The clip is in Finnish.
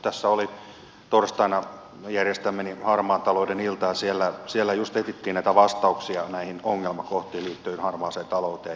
torstaina oli järjestämäni harmaan talouden ilta ja siellä just etsittiin vastauksia näihin ongelmakohtiin liittyen harmaaseen talouteen